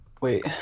Wait